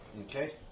Okay